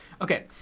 Okay